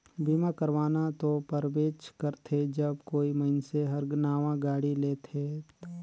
बीमा करवाना तो परबेच करथे जब कोई मइनसे हर नावां गाड़ी लेथेत